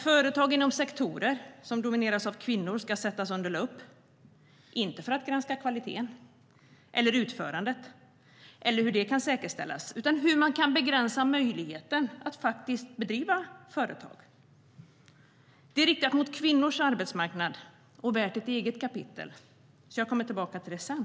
Företag inom sektorer som domineras av kvinnor ska sättas under lupp, inte för att granska kvaliteten eller utförandet - eller hur det kan säkerställas - utan för att se hur man kan begränsa möjligheten att faktiskt driva dem. Det är riktat mot kvinnors arbetsmarknad och värt ett eget kapitel, så jag kommer tillbaka till det sedan.